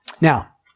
Now